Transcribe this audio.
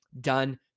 done